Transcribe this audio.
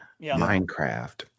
Minecraft